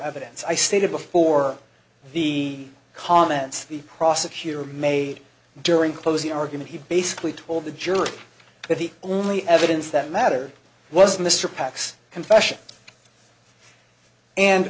evidence i stated before the comments the prosecutor made during closing argument he basically told the jury that the only evidence that matter was mr pax confession and